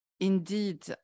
indeed